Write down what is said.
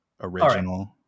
original